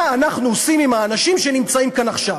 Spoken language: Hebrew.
מה אנחנו עושים עם האנשים שנמצאים כאן עכשיו?